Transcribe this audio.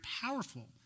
powerful